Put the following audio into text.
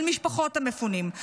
על משפחות המפונים,